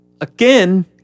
Again